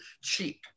cheap